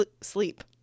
sleep